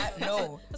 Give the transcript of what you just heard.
No